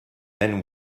then